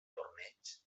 torneig